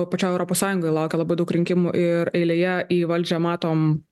pačioj europos sąjungoj laukia labai daug rinkimų ir eilėje į valdžią matom